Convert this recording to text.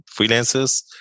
freelancers